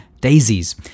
daisies